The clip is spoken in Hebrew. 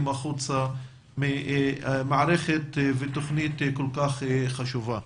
החוצה ממערכת ותוכנית כל כך חשובה.